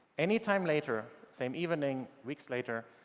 anytime later, same evening, weeks later,